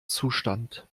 zustand